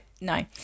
no